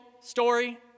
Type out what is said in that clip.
story